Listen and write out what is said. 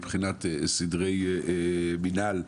מבחינת סדרי מינהל.